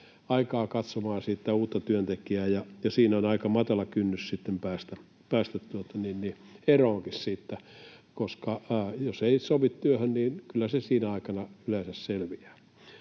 aikaa katsomaan sitä uutta työntekijää, ja siinä on aika matala kynnys sitten päästä eroonkin siitä, koska jos ei sovi työhön, niin kyllä se sinä aikana yleensä selviää.